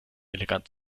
elegant